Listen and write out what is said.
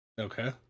Okay